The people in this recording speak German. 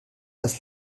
als